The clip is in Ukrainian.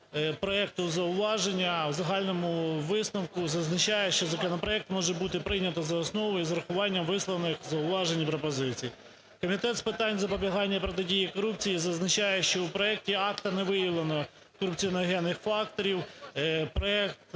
проекту зауваження. В загальному висновку зазначає, що законопроект може бути прийнятий за основу із врахуванням висловлених зауважень і пропозицій. Комітет з питань запобігання і протидії корупції зазначає, що в проекті акта не виявлено корупціогенних факторів, проект